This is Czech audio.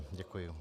Děkuji.